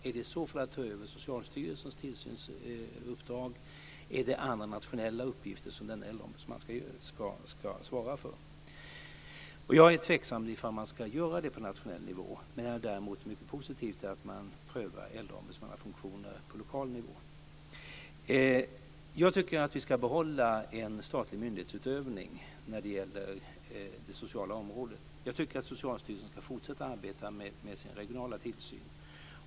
Är det att ta över Socialstyrelsens tillsynsuppdrag eller är det andra nationella uppgifter som äldreombudsmannen ska svara för? Jag är tveksam ifall man ska göra det på nationell nivå, men jag är däremot mycket positiv till att man prövar äldreombudsmannafunktioner på lokal nivå. Jag tycker att vi ska behålla en statlig myndighetsutövning på det sociala området. Jag tycker att Socialstyrelsen ska fortsätta att arbeta med sin regionala tillsyn.